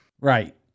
Right